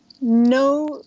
No